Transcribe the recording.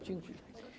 Dziękuję.